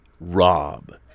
Rob